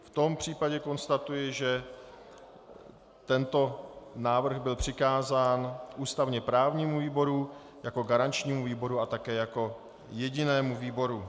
V tom případě konstatuji, že tento návrh byl přikázán ústavněprávnímu výboru jako garančnímu výboru a také jako jedinému výboru.